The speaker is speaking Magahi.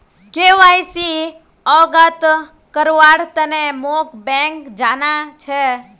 के.वाई.सी अवगत करव्वार तने मोक बैंक जाना छ